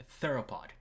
theropod